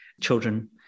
children